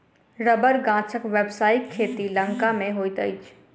रबड़ गाछक व्यवसायिक खेती लंका मे होइत अछि